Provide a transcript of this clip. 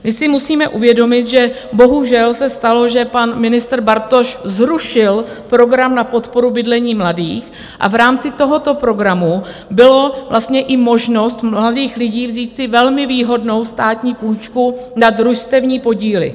My si musíme uvědomit, že bohužel se stalo, že pan ministr Bartoš zrušil program na podporu bydlení mladých a v rámci tohoto programu byla i možnost mladých lidí vzít si velmi výhodnou státní půjčku na družstevní podíly.